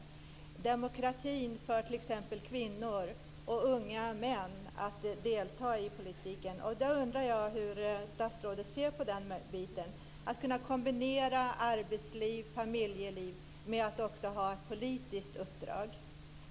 Hur är det med demokratin för t.ex. kvinnor och unga män när det gäller att delta i politiken? Då undrar jag hur statsrådet ser på detta att kunna kombinera arbetsliv och familjeliv med att också ha ett politiskt uppdrag.